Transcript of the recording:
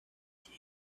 tea